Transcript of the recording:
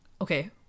okay